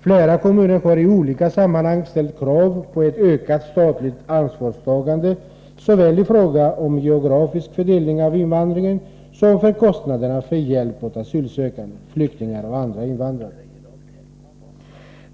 Flera kommuner har i olika sammanhang ställt krav på ett ökat statligt ansvarstagande såväl i fråga om geografisk fördelning av invandringen som i fråga om kostnaderna för hjälp åt asylsökande, flyktingar och andra invandrare.